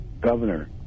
governor